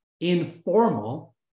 informal